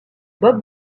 bob